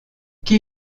qui